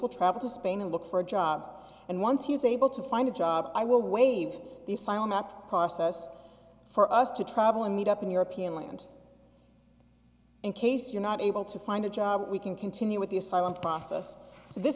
will travel to spain and look for a job and once he was able to find a job i will waive the signing up process for us to travel and meet up on european land in case you're not able to find a job we can continue with the asylum process so this